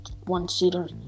one-seater